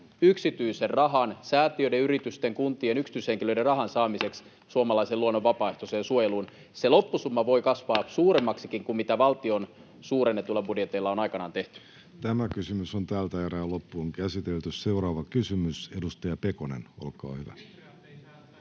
yksityisen rahan — säätiöiden, yritysten, kuntien, yksityishenkilöiden rahan — saamiseksi suomalaisen luonnon vapaaehtoiseen suojeluun. Se loppusumma voi kasvaa suuremmaksikin kuin mitä valtion suurennetuilla budjeteilla on aikanaan tehty. [Sebastian Tynkkynen: Vihreät ei säästäisi mistään!] Seuraava kysymys, edustaja Pekonen, olkaa hyvä.